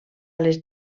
les